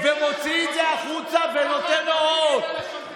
ומוציא את זה החוצה ונותן הוראות.